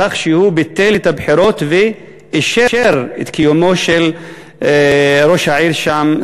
בכך שהוא ביטל את הבחירות ואישר את קיומו של ראש העיר שם,